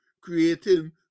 creating